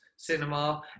Cinema